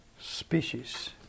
species